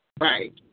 Right